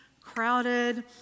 crowded